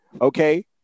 Okay